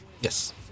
yes